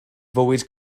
fywyd